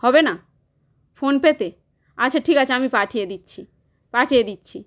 হবে না ফোনপেতে আচ্ছা ঠিক আছে আমি পাঠিয়ে দিচ্ছি পাঠিয়ে দিচ্ছি